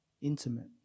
intimate